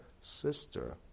sister